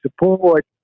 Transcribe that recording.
support